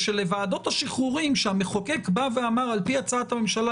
ושלוועדות השחרורים שהמחוקק בא ואמר על פי הצעת הממשלה,